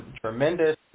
tremendous